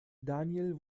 daniel